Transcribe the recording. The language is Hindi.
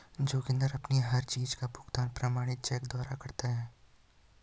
जोगिंदर अपनी हर चीज का भुगतान प्रमाणित चेक द्वारा करता है